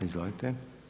Izvolite.